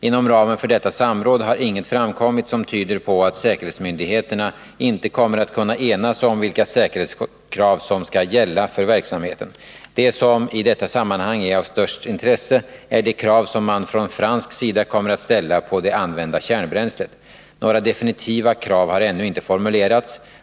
Inom ramen för detta samråd har inget framkommit som tyder på att säkerhetsmyndigheterna inte kommer att kunna enas om vilka säkerhetskrav som skall gälla för verksamheten. Det som i detta sammanhang är av störst intresse är de krav som man från fransk sida kommer att ställa på det använda kärnbränslet. Några definitiva krav har ännu inte formulerats.